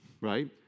Right